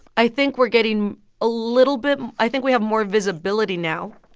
i think we're getting a little bit i think we have more visibility now.